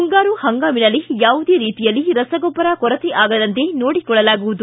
ಮುಂಗಾರು ಪಂಗಾಮಿನಲ್ಲಿ ಯಾವುದೇ ರೀತಿಯಲ್ಲಿ ರಸಗೊಬ್ಬರ ಕೊರತೆ ಆಗದಂತೆ ನೋಡಿಕೊಳ್ಳಲಾಗುವುದು